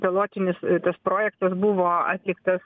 pilotinis tas projektas buvo atliktas